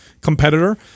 competitor